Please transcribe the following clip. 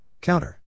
counter